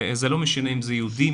זה לא משנה אם זה יהודים,